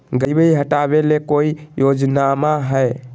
गरीबी हटबे ले कोई योजनामा हय?